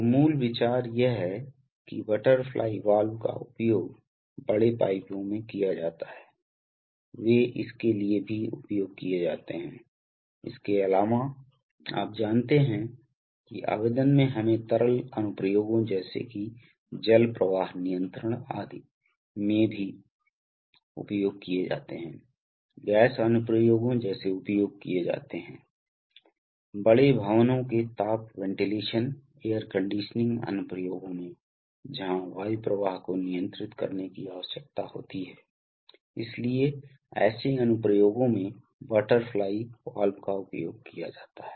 तो मूल विचार यह है कि बटरफ्लाई वाल्व का उपयोग बड़े पाइपों में किया जाता है वे इसके लिए भी उपयोग किए जाते हैं इसके अलावा आप जानते हैं कि आवेदन में हमें तरल अनुप्रयोगों जैसे कि जल प्रवाह नियंत्रण आदि वे में भी उपयोग किए जाते हैं गैस अनुप्रयोगों जैसे उपयोग किए जाते हैं बड़े भवनों के ताप वेंटिलेशन एयर कंडीशनिंग अनुप्रयोगों में जहां वायु प्रवाह को नियंत्रित करने की आवश्यकता होती है इसलिए ऐसे अनुप्रयोगों में बटरफ्लाई वाल्व का उपयोग किया जाता है